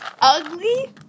ugly